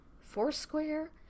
Foursquare